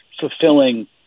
fulfilling